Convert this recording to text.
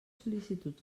sol·licituds